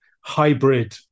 hybrid